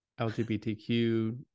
LGBTQ